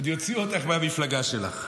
עוד יוציאו אותך מהמפלגה שלך.